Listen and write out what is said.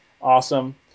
awesome